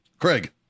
Craig